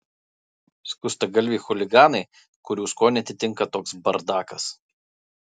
skustagalviai chuliganai kurių skonį atitinka toks bardakas